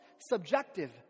subjective